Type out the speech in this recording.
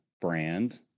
brand